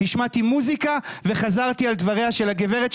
השמעתי מוזיקה וחזרתי על דבריה של הגברת,